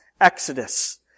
exodus